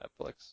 Netflix